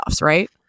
right